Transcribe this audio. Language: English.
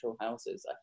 houses